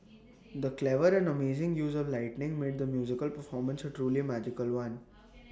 the clever and amazing use of lighting made the musical performance A truly magical one